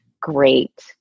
great